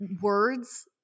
words